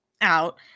out